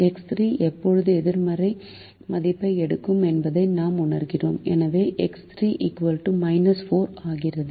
X 3 இப்போது எதிர்மறை மதிப்பை எடுக்கும் என்பதை நாம் உணர்கிறோம் எனவே எக்ஸ் 3 4 ஆகிறது